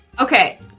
Okay